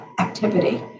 Activity